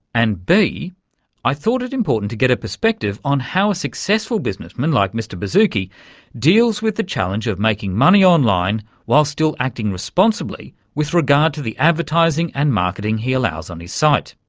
and i thought it important to get a perspective on how a successful businessman like mr baszucki deals with the challenge of making money online while still acting responsibly with regard to the advertising and marketing he allows on his site.